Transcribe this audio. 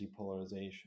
depolarization